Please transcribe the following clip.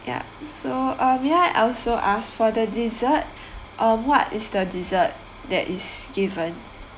yup so um may I also ask for the dessert um what is the dessert that is given